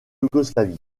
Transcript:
yougoslavie